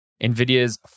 NVIDIA's